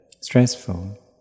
stressful